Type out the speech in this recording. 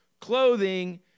clothing